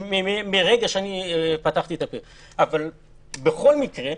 בכל מקרה,